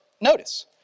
notice